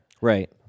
Right